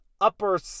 upper